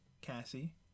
Cassie